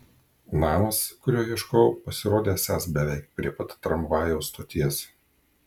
namas kurio ieškojau pasirodė esąs beveik prie pat tramvajaus stoties